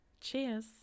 Cheers